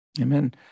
Amen